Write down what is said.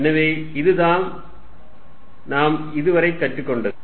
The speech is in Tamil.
எனவே இதுதான் நாம் இதுவரை கற்றுக்கொண்டது